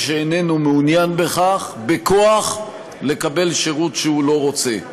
שאיננו מעוניין בכך בכוח לקבל שירות שהוא לא רוצה.